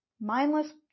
mindless